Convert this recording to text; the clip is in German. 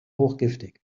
hochgiftig